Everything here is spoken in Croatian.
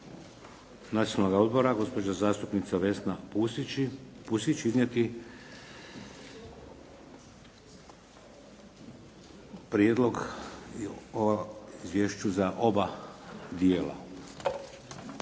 Nacionalnog odbora gospođa zastupnica Vesna Pusić iznijeti Prijedlog o izvješću za oba dijela.